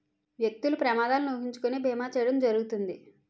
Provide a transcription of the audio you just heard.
వ్యక్తులు ప్రమాదాలను ఊహించుకొని బీమా చేయడం జరుగుతుంది